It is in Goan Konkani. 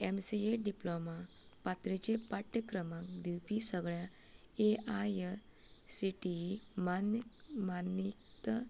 एमसीएंत डिप्लोमा पातळेचे पाठ्यक्रम दिवपी सगळ्या A I C T E मान्य मानीत